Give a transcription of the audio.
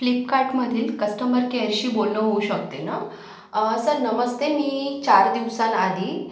प्लिपकार्टमधील customer केअरशी बोलणं होऊ शकते न सर नमस्ते मी चार दिवसांआधी